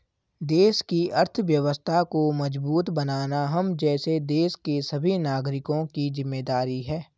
देश की अर्थव्यवस्था को मजबूत बनाना हम जैसे देश के सभी नागरिकों की जिम्मेदारी है